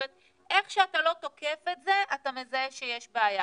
זאת אומרת איך שאתה לא תוקף את זה אתה מזהה שיש בעיה.